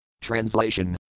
Translation